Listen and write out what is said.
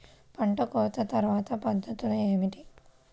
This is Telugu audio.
పంట కోత తర్వాత పద్ధతులు ఏమిటి?